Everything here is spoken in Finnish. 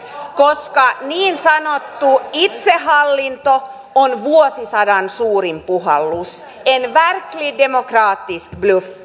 koska niin sanottu itsehallinto on vuosisadan suurin puhallus en verklig demokratisk bluff